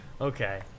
Okay